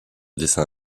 dessin